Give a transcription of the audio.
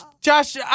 Josh